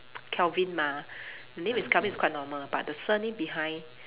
Kelvin mah the name is Kelvin is quite normal but the surname behind